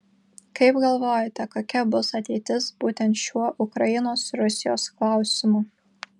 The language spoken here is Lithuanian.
kaip galvojate kokia bus ateitis būtent šiuo ukrainos rusijos klausimu